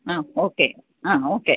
ആ ഓക്കെ ആ ഓക്കെ